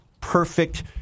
perfect